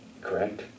correct